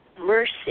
mercy